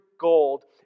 gold